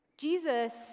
Jesus